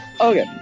Okay